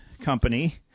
company